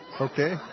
Okay